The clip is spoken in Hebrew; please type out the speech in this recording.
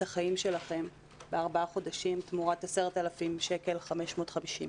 החיים שלכם בארבעה חודשים תמורת 10,550 שקלים.